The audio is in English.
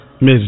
Miss